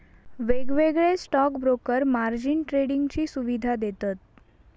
वेगवेगळे stock broker margin ट्रेडिंगची सुवीधा देतत